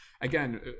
again